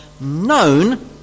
known